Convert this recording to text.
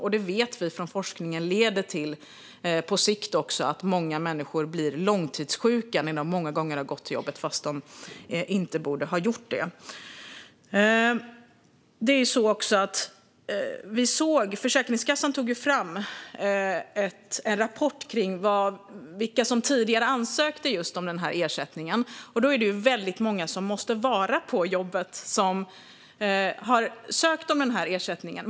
Vi vet av forskningen att det på sikt leder till att många människor blir långtidssjuka när de ofta går till jobbet när de inte borde göra det. Försäkringskassan tog fram en rapport om vilka som tidigare ansökte om just denna ersättning. Det är väldigt många som måste vara på jobbet som har sökt ersättningen.